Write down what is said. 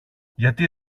γιατί